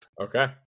Okay